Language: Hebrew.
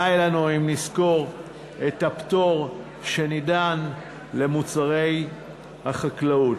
די לנו אם נזכור את הפטור שניתן למוצרי החקלאות,